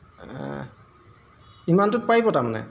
ইমানটোত পাৰিব তাৰমানে